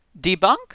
Debunk